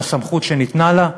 מהסמכות שניתנה לה,